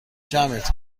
جمعت